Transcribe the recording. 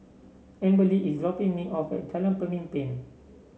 Amberly is dropping me off at Jalan Pemimpin